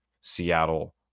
Seattle